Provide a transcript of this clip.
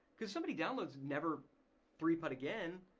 cause somebody downloads never three putt again,